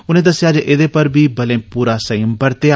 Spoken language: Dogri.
उनें दस्सेआ जे एदे पर बी बलें पूरा संयम बरतेआ